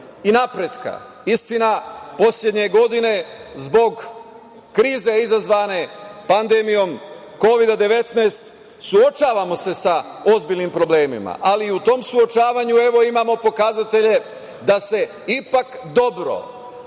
i napretka. Istina, poslednje godine zbog krize izazvane pandemijom Kovida-19 suočavamo se sa ozbiljnim problemima, ali u tom suočavanju imamo pokazatelje da se ipak dobro,